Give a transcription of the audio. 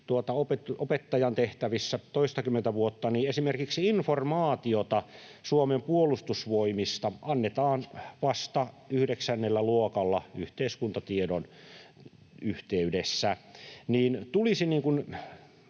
opettajan tehtävissä toistakymmentä vuotta, esimerkiksi informaatiota Suomen Puolustusvoimista annetaan vasta yhdeksännellä luokalla yhteiskuntatiedon yhteydessä.